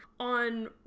on